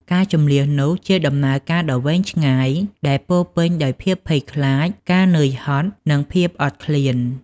ការជម្លៀសនោះ ជាដំណើរដ៏វែងឆ្ងាយដែលពោរពេញដោយភាពភ័យខ្លាច ការនឿយហត់ និងភាពអត់ឃ្លាន។